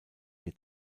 hier